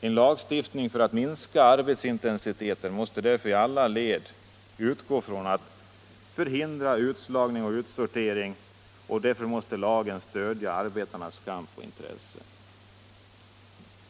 En lagstiftning för att minska arbetsintensiteten måste därför i alla led utgå från att förhindra utslagning och utsortering, och därför måste lagen stödja arbetarnas kamp och intressen.